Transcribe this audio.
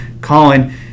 Colin